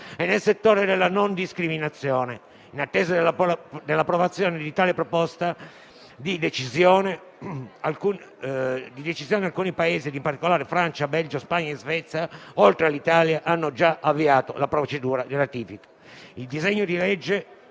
e nel settore della non discriminazione. In attesa della approvazione di tale proposta di decisione, alcuni Paesi, in particolare Francia, Belgio, Spagna e Svezia, oltre all'Italia, hanno già avviato la procedura di ratifica.